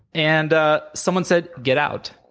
and ah someone said, get out.